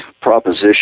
proposition